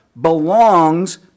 belongs